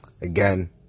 Again